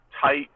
tight